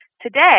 Today